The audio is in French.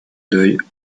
deuil